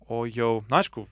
o jau na aišku